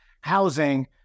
housing